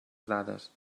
dades